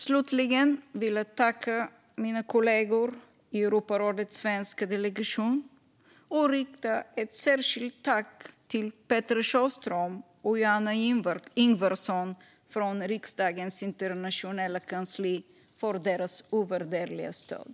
Slutligen vill jag tacka mina kollegor i Europarådets svenska delegation och rikta ett särskilt tack till Petra Sjöström och Johanna Ingvarsson från riksdagens internationella kansli för deras ovärderliga stöd.